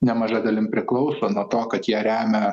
nemaža dalim priklauso nuo to kad ją remia